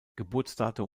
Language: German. geburtsdatum